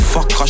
Fuck